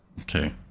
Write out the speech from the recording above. Okay